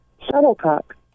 Shuttlecock